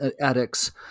addicts